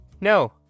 no